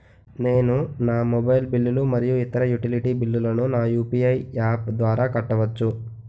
నేను నా మొబైల్ బిల్లులు మరియు ఇతర యుటిలిటీ బిల్లులను నా యు.పి.ఐ యాప్ ద్వారా కట్టవచ్చు